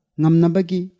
namnabagi